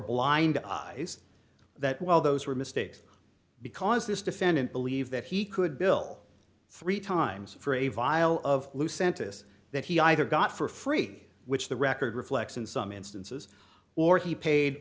blind eyes that well those were mistakes because this defendant believed that he could bill three times for a vial of blue santas that he either got for free which the record reflects in some instances or he paid